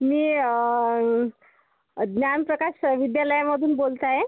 मी ज्ञानप्रकाश विद्यालयामधून बोलत आहे